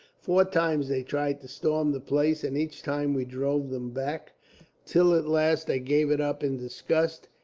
four times they tried to storm the place, and each time we drove them back till at last they gave it up in disgust,